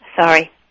Sorry